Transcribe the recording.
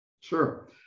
Sure